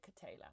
Taylor